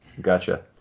gotcha